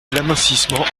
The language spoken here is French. l’amincissement